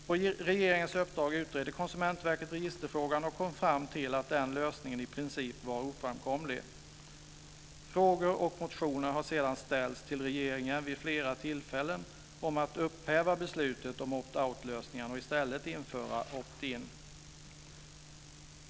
På regeringens uppdrag utredde Konsumentverket registerfrågan och kom fram till att denna lösning i princip var oframkomlig. Frågor till regeringen och motioner har sedan vid flera tillfällen väckts om att upphäva beslutet om opt out-lösningen och i stället införa opt in.